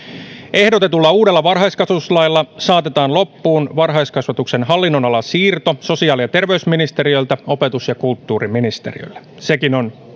ehdotetulla uudella varhaiskasvatuslailla saatetaan loppuun varhaiskasvatuksen hallinnonalasiirto sosiaali ja terveysministeriöltä opetus ja kulttuuriministeriölle sekin on